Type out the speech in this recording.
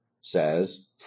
says